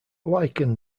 likened